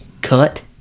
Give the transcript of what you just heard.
cut